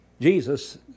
Jesus